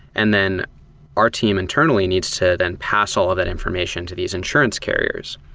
and then our team internally needs to then pass all of that information to these insurance carriers,